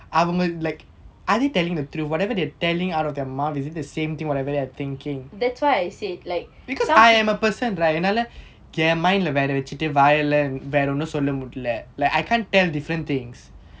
that's why I said like